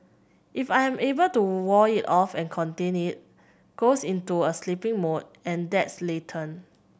if I am able to wall it off and contain it goes into a sleeping mode and that's latent